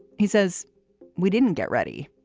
he says we didn't get ready.